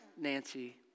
Nancy